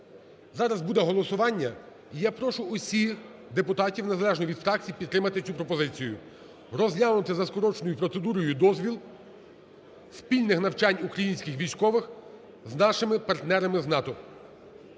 Зараз буде голосування, і я прошу всіх депутатів, незалежно від фракцій, підтримати цю пропозицію: розглянути за скороченою процедурою дозвіл спільних навчань українських військових з нашими партнерами з НАТО.